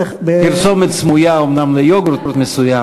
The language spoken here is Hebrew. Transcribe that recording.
פרסומת סמויה ליוגורט מסוים,